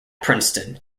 princeton